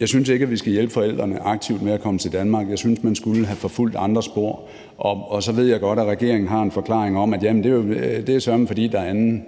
Jeg synes ikke, at vi skal hjælpe forældrene aktivt med at komme til Danmark. Jeg synes, man skulle have forfulgt andre spor. Og så ved jeg godt, at regeringen har en forklaring om, at det søreme er, fordi der er en